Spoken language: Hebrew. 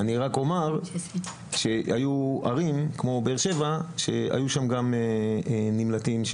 היו ערים כמו באר שבע שגם אליהן הגיעו נמלטים.